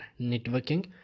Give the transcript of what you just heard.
networking